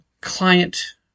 client